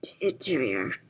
Interior